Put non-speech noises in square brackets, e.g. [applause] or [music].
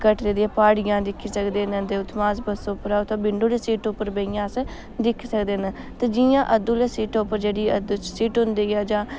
कटरे दियां प्हाड़ियां दिक्खी सकदे न ते उत्थुआं अस बस उप्पर विंडो आह्ली सीट उप्पर बेहियै अस दिक्खी सकदे न ते जियां [unintelligible] आह्ली सीटै उप्पर जेह्ड़ी [unintelligible] सीट होंदी ऐ